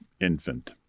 infant